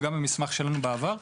וגם ממסמך שהעלנו בעבר,